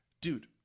dude